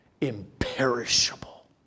Imperishable